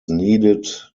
needed